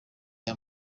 aya